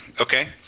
okay